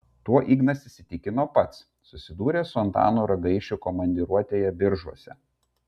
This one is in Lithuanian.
tuo ignas įsitikino pats susidūręs su antanu ragaišiu komandiruotėje biržuose